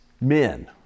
men